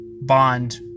bond